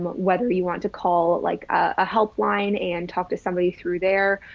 whether you want to call it like a helpline and talk to somebody through there,